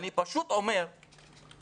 אני פשוט אומר שזה